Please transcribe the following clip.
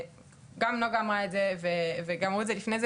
גם נגה אמרה את זה וגם אמרו את זה לפני,